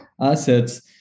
assets